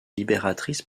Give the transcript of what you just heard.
libératrice